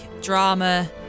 drama